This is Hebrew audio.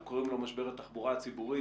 קוראים לו "משבר התחבורה הציבורית",